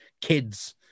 kids